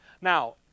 Now